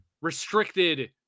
restricted